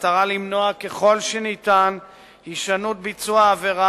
במטרה למנוע ככל שניתן הישנות ביצוע העבירה